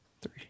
three